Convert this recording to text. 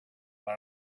but